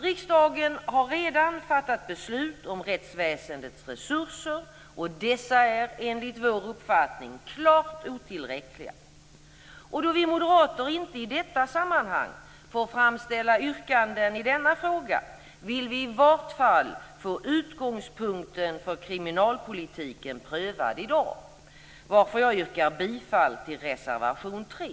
Riksdagen har redan fattat beslut om rättsväsendets resurser, och dessa är enligt vår uppfattning klart otillräckliga. Då vi moderater inte i detta sammanhang får framställa yrkanden i denna fråga vill vi i vart fall få utgångspunkten för kriminalpolitiken prövad i dag, varför jag yrkar bifall till reservation 3.